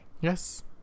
Yes